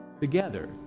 together